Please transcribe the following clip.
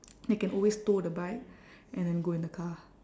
then can always tow the bike and then go in the car